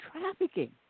trafficking